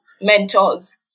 mentors